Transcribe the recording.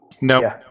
No